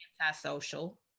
antisocial